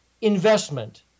Investment